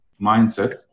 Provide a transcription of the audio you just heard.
mindset